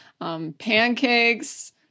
Pancakes